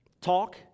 talk